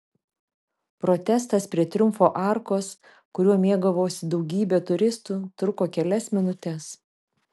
protestas prie triumfo arkos kuriuo mėgavosi daugybė turistų truko kelias minutes